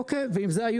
אוקיי, עם זה היו